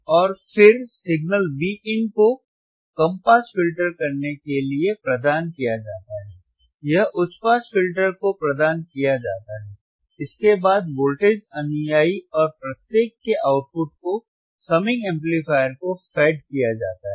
और फिर signal Vin को कम पास फिल्टर करने के लिए प्रदान किया जाता है यह उच्च पास फिल्टर को प्रदान किया जाता है इसके बाद वोल्टेज अनुयायी और प्रत्येक के आउटपुट को समिंग एम्पलीफायर को फेड किया जाता है